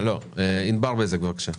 ענבר בזק, בבקשה.